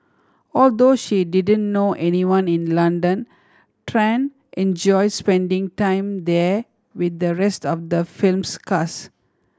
although she didn't know anyone in London Tran enjoyed spending time there with the rest of the film's cast